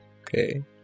Okay